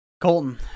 Colton